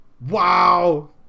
wow